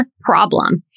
problem